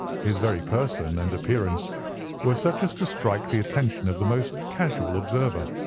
his very person and appearance were such as to strike the attention of the most casual observer.